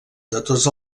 tots